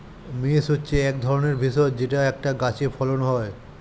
mace হচ্ছে এক ধরনের ভেষজ যেটা একটা গাছে ফলন হয়